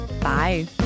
Bye